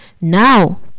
Now